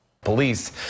Police